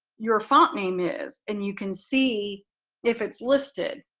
your font name is and you can see if it's listed.